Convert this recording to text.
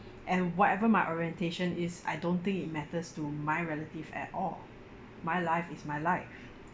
and whatever my orientation is I don't think it matters to my relative at all my life is my life